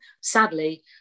sadly